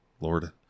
Lord